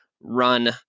run